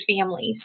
families